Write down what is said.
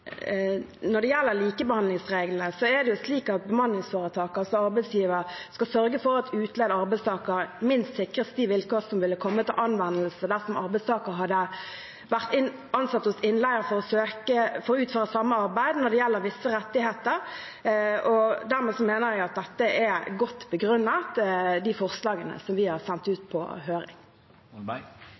bemanningsforetak, altså arbeidsgiver, skal sørge for at utleide arbeidstakere når det gjelder visse rettigheter minst sikres de vilkår som ville kommet til anvendelse dersom arbeidstaker hadde vært ansatt hos innleier for å utføre samme arbeid. Dermed mener jeg at de forslagene som vi har sendt ut på høring, er godt begrunnet. Anna Molberg – til oppfølgingsspørsmål. Jeg takker for svaret. Den samme juridiske vurderingen peker også på